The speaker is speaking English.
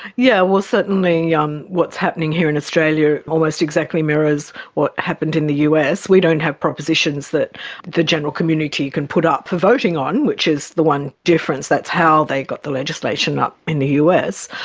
yeah well certainly um what's happening here in australia almost exactly mirrors what happened in the us. we don't have propositions that the general community can put up for voting on, which is the one difference, that's how they got the legislation up in the us.